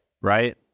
right